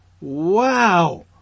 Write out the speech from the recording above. Wow